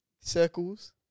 circles